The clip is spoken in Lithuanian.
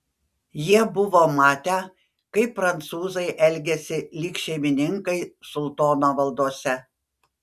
jie buvo matę kaip prancūzai elgiasi lyg šeimininkai sultono valdose